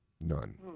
none